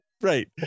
Right